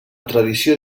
tradició